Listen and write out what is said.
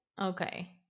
Okay